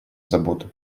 забота